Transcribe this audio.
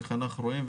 איך אנחנו רואים,